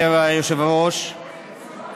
אומר היושב-ראש,